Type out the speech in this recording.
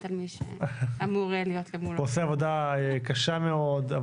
סטיליאן עושה עבודה קשה מאוד,